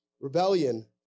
Rebellion